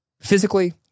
Physically